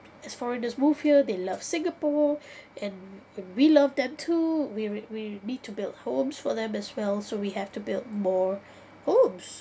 as foreigners move here they love singapore and and we love them too we re~ we need to build homes for them as well so we have to build more homes